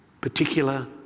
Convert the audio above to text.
particular